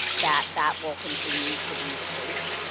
that that will continue to be the case.